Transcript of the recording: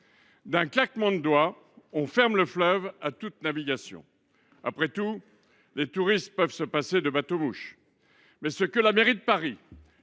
D’un claquement de doigts, on fermera donc le fleuve à toute navigation. Après tout, les touristes peuvent se passer de bateaux mouches ! Mais ce que la mairie de Paris,